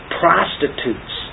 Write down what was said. prostitutes